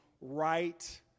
right